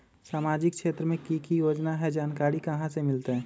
सामाजिक क्षेत्र मे कि की योजना है जानकारी कहाँ से मिलतै?